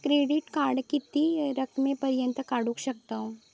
Credit card किती रकमेपर्यंत काढू शकतव?